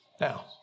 Now